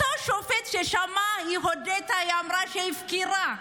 אותו שופט ששמע, היא הודתה, היא אמרה שהיא הפקירה,